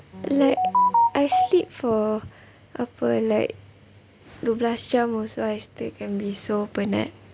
like I sleep for apa like dua belas jam also I still can be so penat